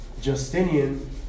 Justinian